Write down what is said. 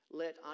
let